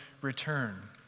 return